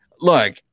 Look